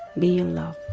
be in love